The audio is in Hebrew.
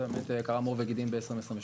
זה באמת קרם עור וגידים ב-2022.